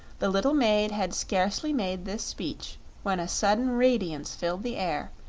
the little maid had scarcely made this speech when a sudden radiance filled the air,